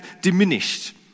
diminished